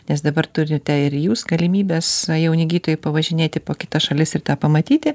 nes dabar turite ir jūs galimybes jauni gytojai pavažinėti po kitas šalis ir tą pamatyti